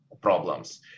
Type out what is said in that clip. problems